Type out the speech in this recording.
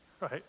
right